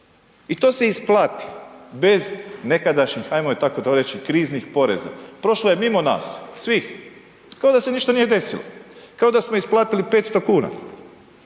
i to se isplati bez nekadašnjih ajmo tako to reći kriznih poreza. Prošlo je mimo nas svih kao da se ništa nije desilo, kao da smo isplatili 500 kuna.